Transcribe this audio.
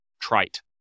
trite